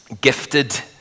gifted